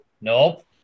Nope